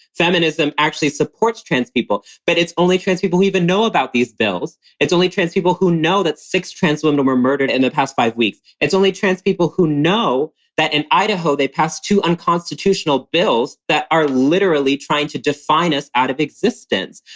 feminism actually supports trans people, but it's only trans people who even know about these bills. it's only trans people who know that six trans women were murdered in the past five weeks. it's only trans people who know that in idaho they passed two unconstitutional bills that are literally trying to define us out of existence.